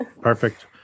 Perfect